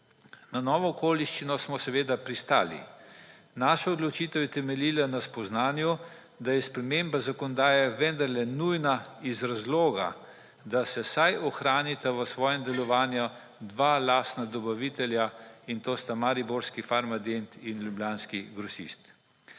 Na novo okoliščino smo pristali. Naša odločitev je temeljila na spoznanju, da je sprememba zakonodaje vendarle nujna iz razloga, da se vsaj ohranita v svojem delovanja dva lastna dobavitelja in to sta mariborski Farmadent in ljubljanski Grosist.